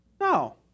No